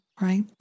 right